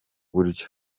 buryo